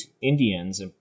Indians